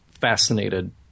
fascinated